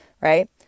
right